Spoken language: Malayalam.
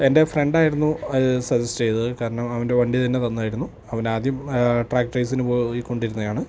എൻ്റെ ഫ്രണ്ട് ആയിരുന്നു സജസ്റ്റ് ചെയ്തത് കാരണം അവൻ്റെ വണ്ടി തന്നെ തന്നായിരുന്നു അവൻ ആദ്യം ട്രാക്ടേർസിന് പോയിക്കൊണ്ടിരുന്നതാണ്